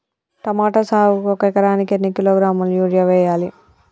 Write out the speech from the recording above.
Tomato సాగుకు ఒక ఎకరానికి ఎన్ని కిలోగ్రాముల యూరియా వెయ్యాలి?